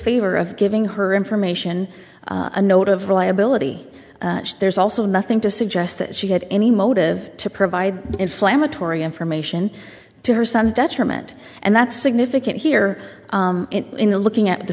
favor of giving her information and note of reliability there's also nothing to suggest that she had any motive to provide inflammatory information to her son's detriment and that's significant here in the looking at the